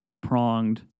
pronged